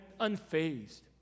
unfazed